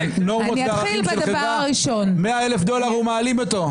חברה, 100,000 דולר הוא מעלים.